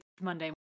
monday